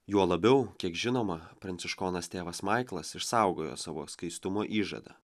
juo labiau kiek žinoma pranciškonas tėvas maiklas išsaugojo savo skaistumo įžadą